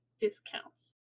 discounts